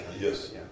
yes